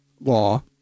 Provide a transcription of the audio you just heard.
law